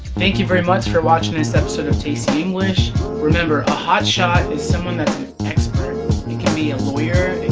thank you very much for watching this episode of tasty english remember, a hotshot is someone thats an expert it can be a lawyer,